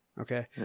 Okay